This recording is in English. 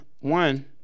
one